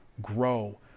grow